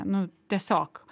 nu tiesiog